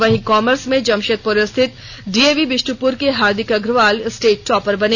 वहीं कॉमर्स में जमशेदपुर स्थित डीएवी बिष्ट्पुर के हार्दिक अग्रवाल स्टेट टॉपर बने